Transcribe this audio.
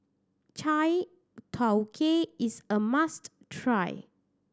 chai tow kway is a must try